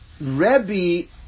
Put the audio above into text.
Rebbe